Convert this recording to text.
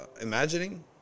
imagining